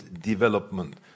development